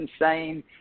insane